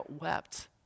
wept